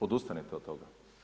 Odustanite od toga.